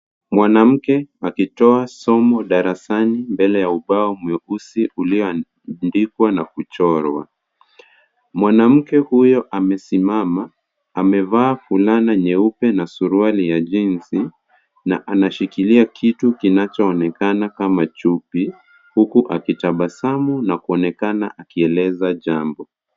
Mwanamke akitoa somo darasani mbele ya ubao mweusi ulioandikwa na kuchorwa, mwanamke huyo amesimama, amevaa fulana nyeupe na surauali ya jeans na anashikilia kitu kinachoonekana kama chupi huku akitabasamu na kuonekana akieleza jambo.